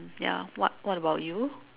ya what what about you